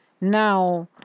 Now